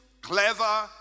clever